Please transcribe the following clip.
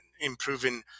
improving